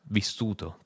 vissuto